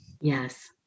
Yes